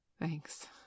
Thanks